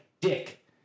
dick